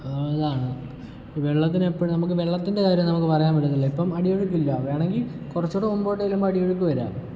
അതാണ് വെള്ളത്തിനെപ്പഴും നമുക്ക് വെള്ളത്തിൻ്റെ കാര്യം നമുക്ക് പറയാൻ പറ്റത്തില്ല ഇപ്പം അടി ഒഴുക്കില്ലാ വേണമെങ്കിൽ കുറച്ച് കൂടെ മുമ്പോട്ട് ചെല്ലുമ്പോൾ അടിയൊഴുക്ക് വരാം